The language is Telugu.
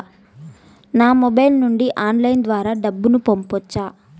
నా మొబైల్ నుండి ఆన్లైన్ ద్వారా డబ్బును పంపొచ్చా